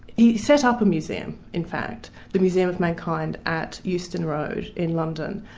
he set up a museum, in fact, the museum of mankind at euston road in london.